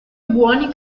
buoni